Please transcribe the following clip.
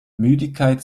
müdigkeit